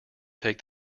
take